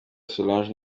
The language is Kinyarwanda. solange